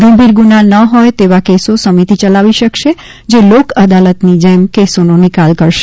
ગંભીર ગુના ન હોય તેવા કેસો સમિતિ યલાવી શકશે જે લોક અદાલતની જેમ કેસોનો નિકાલ કરશે